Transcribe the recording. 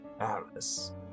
Alice